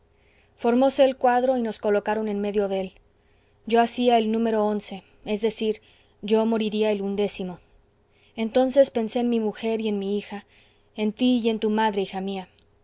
formóse el cuadro y nos colocaron en medio de él yo hacía el número once es decir yo moriría el undécimo entonces pensé en mi mujer y en mi hija en ti y en tu madre hija mía